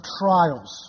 trials